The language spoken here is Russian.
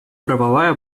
правовая